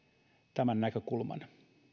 tämän näkökulman